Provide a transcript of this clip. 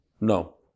No